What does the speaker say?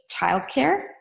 childcare